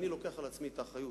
אני מקבל עלי את האחריות,